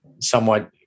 somewhat